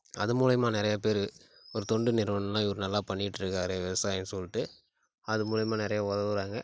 அது மூலயமா நிறைய பேர் ஒரு தொண்டு நிறுவனலாம் இவர் நல்லா பண்ணிகிட்ருக்காரு விவசாயம் சொல்லிட்டு அது மூலயமா நிறைய உதவுறாங்க